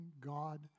God